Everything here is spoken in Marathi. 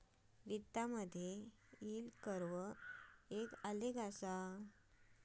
वित्तामधे यील्ड कर्व एक आलेख असा